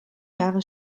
jahre